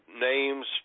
names